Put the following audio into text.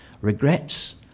Regrets